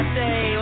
say